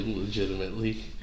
legitimately